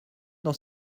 dans